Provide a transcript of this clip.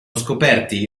scoperti